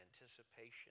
anticipation